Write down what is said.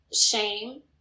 Shame